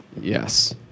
Yes